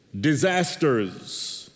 disasters